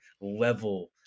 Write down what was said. level